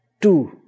two